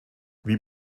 wie